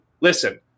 listen